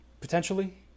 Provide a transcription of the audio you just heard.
potentially